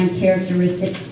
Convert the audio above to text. characteristic